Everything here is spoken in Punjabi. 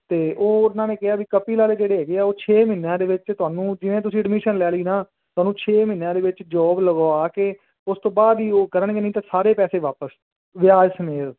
ਅਤੇ ਉਹ ਉਹਨਾਂ ਨੇ ਕਿਹਾ ਵੀ ਕਪਿਲ ਵਾਲੇ ਜਿਹੜੇ ਹੈਗੇ ਹੈ ਉਹ ਛੇ ਮਹੀਨਿਆਂ ਦੇ ਵਿੱਚ ਤੁਹਾਨੂੰ ਜਿਵੇਂ ਤੁਸੀਂ ਅਡਮਿਸ਼ਨ ਲੈ ਲਈ ਨਾ ਤੁਹਾਨੂੰ ਛੇ ਮਹੀਨਿਆਂ ਦੇ ਵਿੱਚ ਜੋਬ ਲਗਵਾ ਕੇ ਉਸ ਤੋਂ ਬਾਅਦ ਹੀ ਉਹ ਕਰਨਗੇ ਨਹੀਂ ਤਾਂ ਸਾਰੇ ਪੈਸੇ ਵਾਪਿਸ ਵਿਆਜ਼ ਸਮੇਤ